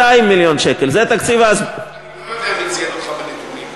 200 מיליון שקל, 200 מיליון שקל.